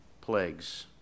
plagues